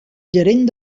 gerent